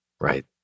Right